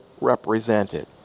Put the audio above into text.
represented